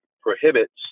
prohibits